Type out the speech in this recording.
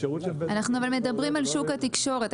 אנחנו מדברים על שוק התקשורת.